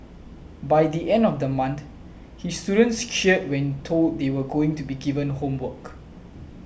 by the end of the month his students cheered when told that they were going to be given homework